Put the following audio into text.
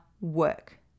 work